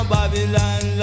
Babylon